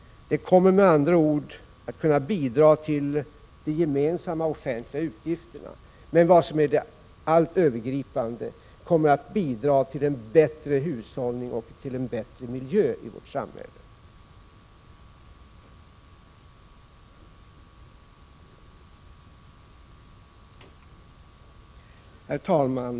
De kommer med andra ord att kunna bidra till finansieringen av de gemensamma offentliga utgifterna men också — vilket är det allt övergripande — bidra till en bättre hushållning och en bättre miljö i vårt samhälle. Herr talman!